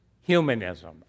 humanism